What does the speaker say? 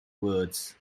words